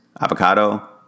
avocado